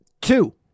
two